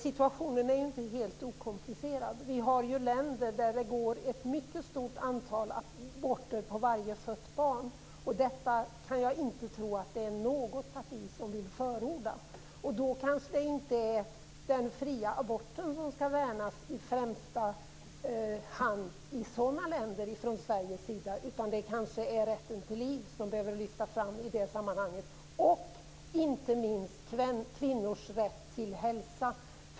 Situationen är inte helt okomplicerad. Vi har ju länder där det går ett mycket stort antal aborter på varje fött barn. Detta kan jag inte tro att det är något parti som vill förorda. Då kanske det inte i första hand är den fria aborten som från Sveriges sida skall värnas i sådana länder. Det kanske är rätten till liv som behöver lyftas fram i det sammanhanget - och inte minst kvinnors rätt till hälsa.